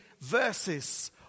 verses